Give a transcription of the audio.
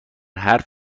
حرف